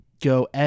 Go